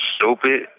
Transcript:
stupid